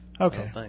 Okay